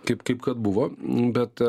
kaip kaip kad buvo bet